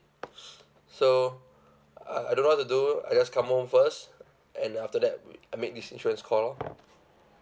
so uh I don't know what to do I just come home first and after that I make this insurance call lor